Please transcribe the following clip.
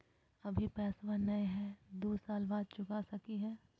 अभि पैसबा नय हय, दू साल बाद चुका सकी हय?